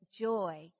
joy